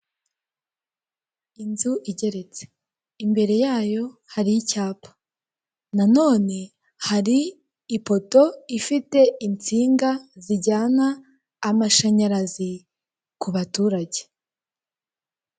Inzu igeretse. Imbere yayo hari icyapa. Nanone hari ipoto ifite insinga zijyana amashanyarazi ku baturage.